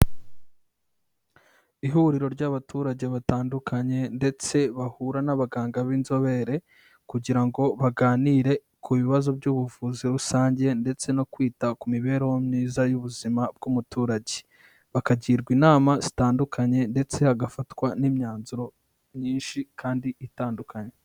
Ihuriro ry'abaturage batandukanye ndetse bahura n'abaganga b'inzobere kugira ngo baganire ku bibazo by'ubuvuzi rusange ndetse no kwita ku mibereho myiza y'ubuzima bw'umuturage, bakagirwa inama zitandukanye ndetse hagafatwa n'imyanzuro myinshi kandi itandukanye.